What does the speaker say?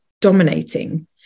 dominating